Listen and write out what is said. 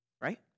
right